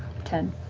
ten.